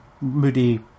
moody